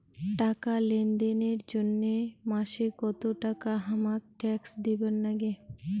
টাকা লেনদেন এর জইন্যে মাসে কত টাকা হামাক ট্যাক্স দিবার নাগে?